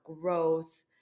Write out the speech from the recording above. growth